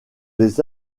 les